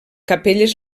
capelles